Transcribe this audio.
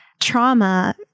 trauma